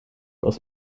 aus